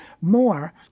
more